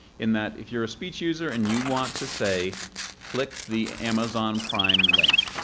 in that if you're a speech user and you want to say click the amazon prime link,